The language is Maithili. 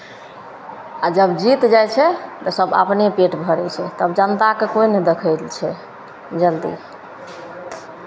आ जब जीत जाइ छै तऽ सभ अपने पेट भरोसे तब जनताकेँ कोइ नहि देखय लेल छै जल्दी